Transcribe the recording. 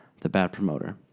thebadpromoter